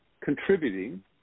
contributing